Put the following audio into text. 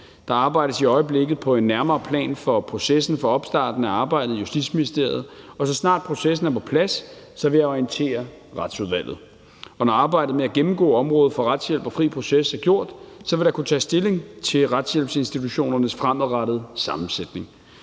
Der arbejdes i øjeblikket på en nærmere plan for processen for opstarten af arbejdet i Justitsministeriet, og så snart processen er på plads, vil jeg orientere Retsudvalget. Når arbejdet med at gennemgå området for retshjælp og fri proces er gjort, vil der kunne tages stilling til retshjælpsinstitutionernes fremadrettede sammensætning.